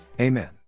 Amen